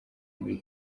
muri